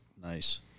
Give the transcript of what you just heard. Nice